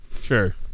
sure